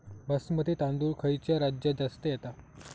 बासमती तांदूळ खयच्या राज्यात जास्त येता?